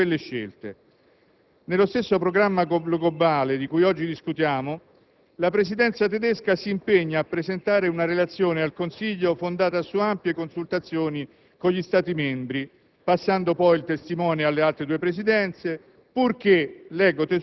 tali da renderle quasi indisponibili alla sovranità del Parlamento. Nello stesso programma globale di cui oggi discutiamo, la Presidenza tedesca si impegna a presentare una relazione al Consiglio fondata su ampie consultazioni con gli Stati membri,